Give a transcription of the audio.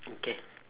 okay